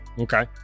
Okay